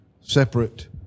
separate